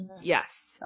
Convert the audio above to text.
yes